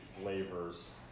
flavors